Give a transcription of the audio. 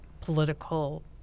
political